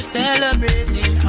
celebrating